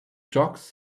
jocks